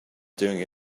doing